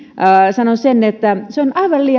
sanon sen että se on aivan liian vähän käytetty